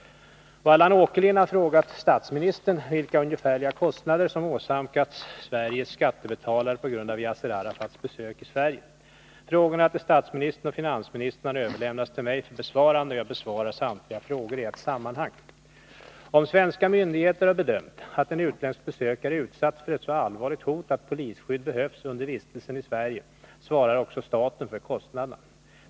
Allan Åkerlind har frågat statsministern vilka ungefärliga kostnader som åsamkats Sveriges skattebetalare på grund av Yasser Arafats besök i Sverige. Frågorna till statsministern och finansministern har överlämnats till mig för besvarande. Jag besvarar samtliga frågor i ett sammanhang. Om svenska myndigheter har bedömt att en utländsk besökare är utsatt för så allvarligt hot att polisskydd behövs under vistelsen i Sverige svarar också staten för kostnaderna.